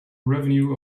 revenue